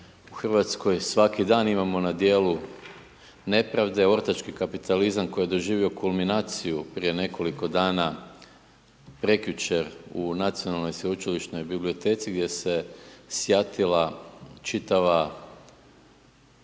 u Hrvatskoj svaki dan imamo na djelu nepravde, ortački kapitalizam koji je doživio kulminaciju prije nekoliko dana prekjučer u NSB-u gdje se sjatila čitava